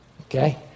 okay